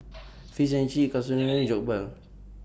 Fish and Chips Katsudon and Jokbal